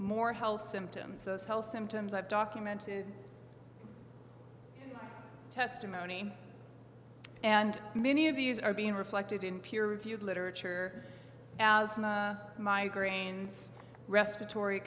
more health symptoms those health symptoms i've documented testimony and many of these are being reflected in peer reviewed literature asthma migraines respiratory